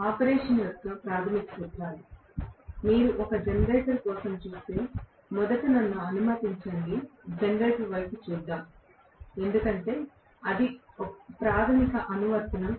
operation యొక్క ప్రాథమిక సూత్రాలు మీరు ఒక జెనరేటర్ కోసం చూస్తే మొదట నన్ను అనుమతించండి జెనరేటర్ వైపు చూద్దాం ఎందుకంటే అది ప్రాధమిక అనువర్తనం